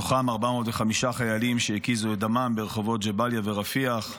מתוכם 405 חיילים שהקיזו את דמם ברחובות ג'באליה ורפיח,